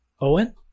owen